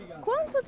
Quanto